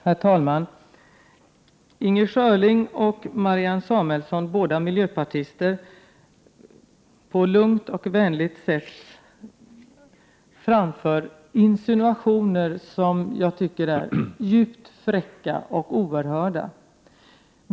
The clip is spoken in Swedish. Herr talman! Inger Schörling och Marianne Samuelsson, båda miljöpartister, framför på ett lugnt och vänligt sätt insinuationer som jag tycker är djupt fräcka och oerhörda.